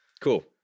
Cool